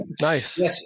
Nice